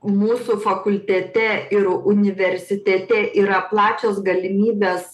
mūsų fakultete ir universitete yra plačios galimybės